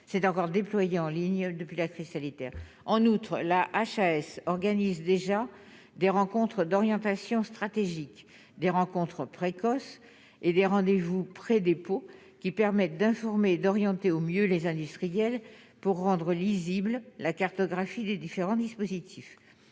c'est encore déployés en ligne depuis la crise sanitaire, en outre, la HAS organise déjà des rencontres d'orientation stratégique des rencontres précoce et des rendez-vous près des pots qui permettent d'informer, d'orienter au mieux les industriels pour rendre lisible la cartographie des différents dispositifs,